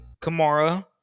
kamara